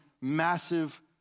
massive